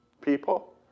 people